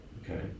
Okay